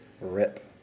Rip